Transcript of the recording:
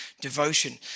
devotion